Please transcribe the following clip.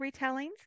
retellings